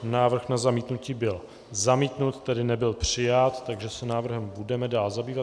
Návrh na zamítnutí byl zamítnut, tedy nebyl přijat, takže se návrhem budeme dál zabývat.